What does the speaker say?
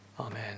Amen